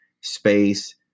space